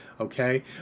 Okay